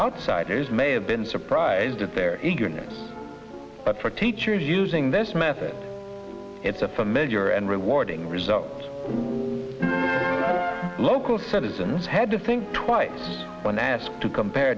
outsiders may have been surprised at their eagerness but for teachers using this method it's a familiar and rewarding result local citizens had to think twice when asked to compare